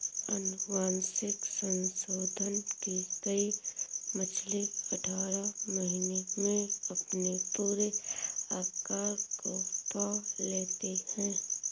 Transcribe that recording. अनुवांशिक संशोधन की गई मछली अठारह महीने में अपने पूरे आकार को पा लेती है